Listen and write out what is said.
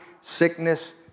sickness